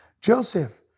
Joseph